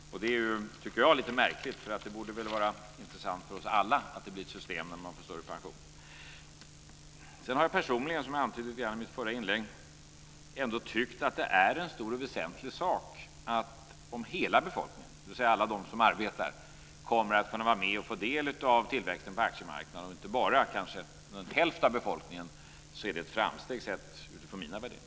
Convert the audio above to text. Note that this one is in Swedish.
Det tycker jag är lite märkligt, för det borde väl vara intressant för oss alla att det blir ett system som ger större pension. Sedan tycker jag personligen, som jag antydde i mitt förra inlägg, att det är en stor och väsentlig sak om hela befolkningen, dvs. alla de som arbetar, kommer att kunna få del av tillväxten på aktiemarknaden och inte bara kanske någon hälft av befolkningen. Det vore ett framsteg sett utifrån mina värderingar.